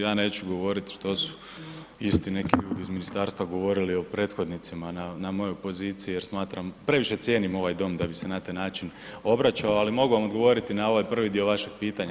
Ja neću govoriti što su isti neki ljudi iz ministarstva govorili o prethodnicima na mojoj poziciji jer previše cijenim ovaj dom da bi se na taj način obraćao ali mogu vam odgovoriti na ovaj prvi dio vašeg pitanja.